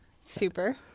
Super